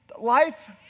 Life